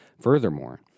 furthermore